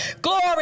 Glory